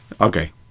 okay